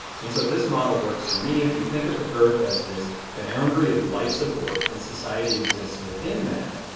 and so this model works for me. if you think of the earth as this boundary of life support and society exists within that,